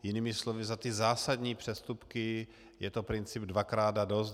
Jinými slovy, za ty zásadní přestupky je to princip dvakrát a dost.